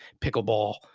pickleball